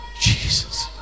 Jesus